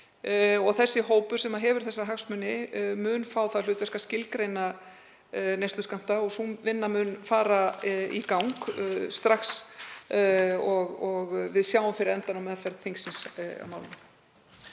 Þessi hópur sem hefur þessa hagsmuni mun fá það hlutverk að skilgreina neysluskammta og sú vinna mun fara í gang strax og við sjáum fyrir endann á meðferð þingsins á málinu.